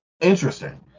Interesting